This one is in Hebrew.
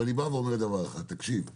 ואני בא ואומר דבר אחד: תקשיב,